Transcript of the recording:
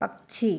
पक्षी